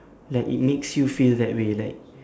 like it makes you feel that way like